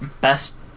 best